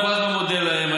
והוא כל הזמן מודה להם.